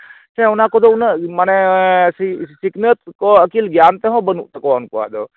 ᱥᱮ ᱚᱱᱟ ᱠᱚᱫᱚ ᱩᱱᱟᱹᱜ ᱢᱟᱱᱮ ᱥᱤᱠᱷᱱᱟᱹᱛ ᱠᱚ ᱟᱹᱠᱤᱞ ᱜᱮᱭᱟᱱ ᱛᱮᱦᱚᱸ ᱵᱟᱹᱱᱩᱜ ᱛᱟᱠᱚᱣᱟ ᱩᱱᱠᱩᱣᱟᱜ ᱫᱚ